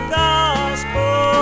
gospel